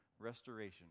Restoration